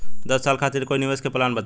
दस साल खातिर कोई निवेश के प्लान बताई?